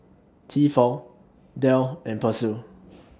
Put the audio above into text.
Tefal Dell and Persil